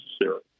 necessary